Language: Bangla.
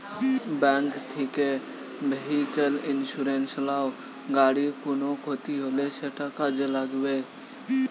ব্যাংক থিকে ভেহিক্যাল ইন্সুরেন্স লাও, গাড়ির কুনো ক্ষতি হলে সেটা কাজে লাগবে